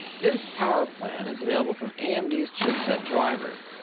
this power plan is available from amd's chipset driver.